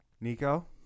Nico